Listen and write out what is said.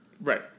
Right